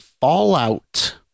Fallout